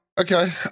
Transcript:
okay